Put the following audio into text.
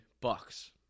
Bucks